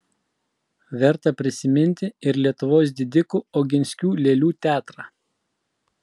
verta prisiminti ir lietuvos didikų oginskių lėlių teatrą